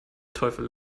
teufel